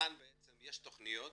כאן יש תכניות